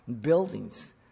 buildings